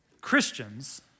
Christians